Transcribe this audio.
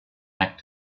act